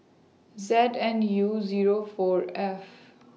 Z and N U Zero four F